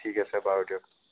ঠিক আছে বাৰু দিয়ক